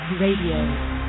Radio